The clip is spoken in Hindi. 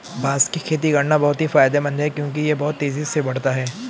बांस की खेती करना बहुत ही फायदेमंद है क्योंकि यह बहुत तेजी से बढ़ता है